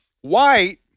white